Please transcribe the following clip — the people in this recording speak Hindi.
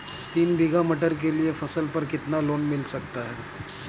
तीन बीघा मटर के लिए फसल पर कितना लोन मिल सकता है?